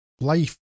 life